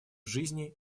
жизни